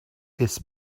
this